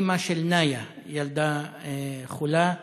אימא של נאיה, ילדה חולה,